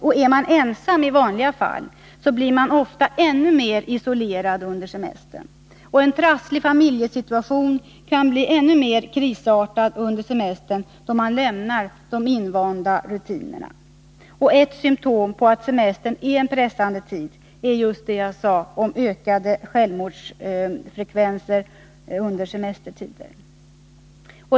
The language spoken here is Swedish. Och är man ensam i vanliga fall, blir man ofta ännu mer isolerad under semestern. Och en trasslig familjesituation kan bli ännu mer krisartad under semestern, då man lämnar de invanda rutinerna. Ett symtom på att semestern är en pressande tid är just den av mig nämnda ökande självmordsfrekvensen i semestertider.